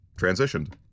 transitioned